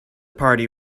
party